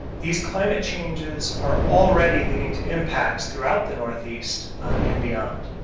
these climate changes are already leading to impacts throughout the northeast and beyond.